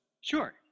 Sure